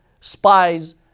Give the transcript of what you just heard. spies